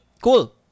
cool